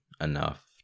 enough